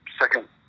second